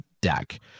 deck